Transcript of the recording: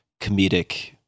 comedic